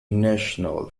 national